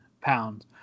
pounds